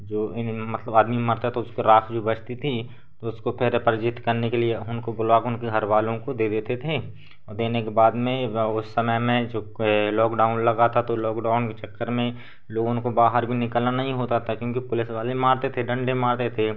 जो इन मतलब आदमी मरता तो उसकी राख जो बचती थी तो उसको फिर परजित करने के लिए उनको बुला उनके घर वालों को दे देते थे और देने के बाद में उस समय में जो लॉकडाउन लगा था तो लॉकडाउन के चक्कर में लोगों को बाहर भी निकलना नहीं होता था क्योंकि पुलिस वाले मारते थे डन्डे मारते थे